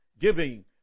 giving